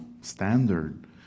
standard